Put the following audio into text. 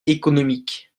économique